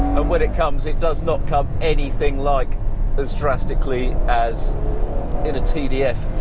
ah when it comes it does not come anything like as drastically as in a tdf.